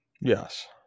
Yes